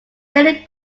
daily